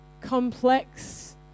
complex